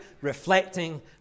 reflecting